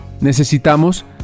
Necesitamos